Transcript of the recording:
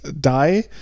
die